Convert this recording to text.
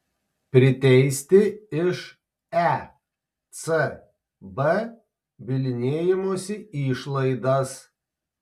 priteisti iš ecb bylinėjimosi išlaidas